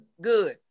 Good